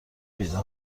پیدا